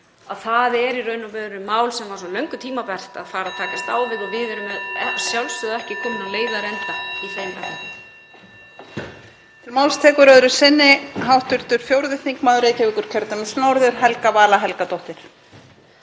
að það er í raun og veru mál sem var svo löngu tímabært að fara að takast á við og við erum að sjálfsögðu ekki komin á leiðarenda í þeim efnum.